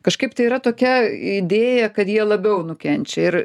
kažkaip tai yra tokia idėja kad jie labiau nukenčia ir